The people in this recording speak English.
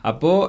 Apo